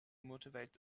motivate